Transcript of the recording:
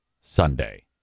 Sunday